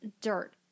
dirt